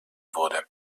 wurde